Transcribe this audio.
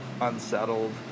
unsettled